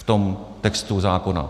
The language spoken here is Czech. V tom textu zákona?